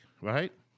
right